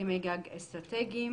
הסכמי גג אסטרטגיים